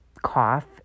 cough